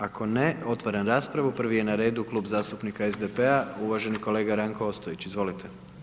Ako ne otvaram raspravu, prvi je na redu Klub zastupnika SDP-a uvaženi kolega Ranko Ostojić, izvolite.